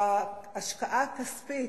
ההשקעה הכספית,